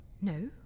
No